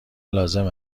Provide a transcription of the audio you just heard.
لازم